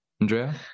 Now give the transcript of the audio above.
andrea